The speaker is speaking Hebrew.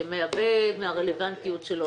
שמאבד מהרלבנטיות שלו.